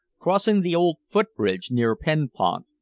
crossing the old footbridge near penpont,